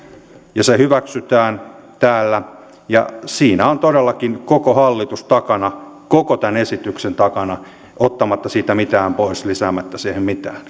ja se hyväksytään täällä siinä on todellakin koko hallitus takana koko tämän esityksen takana ottamatta siitä mitään pois lisäämättä siihen mitään